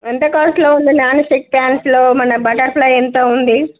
ఎంత కాస్ట్లో ఉంది నాన్ స్టిక్ ప్యాన్స్లో మన బటర్ఫ్లై ఎంత ఉంది